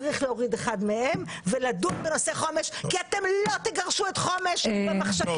צריך להוריד אחד מהם ולדון בנושא חומש כי אתם לא תגרשו את חומש במחשכים.